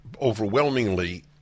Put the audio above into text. overwhelmingly